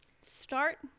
start